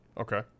Okay